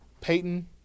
Peyton